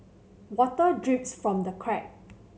water drips from the crack